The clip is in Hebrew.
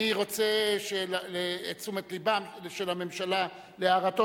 אני רוצה את תשומת לבה של הממשלה להערתו